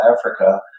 Africa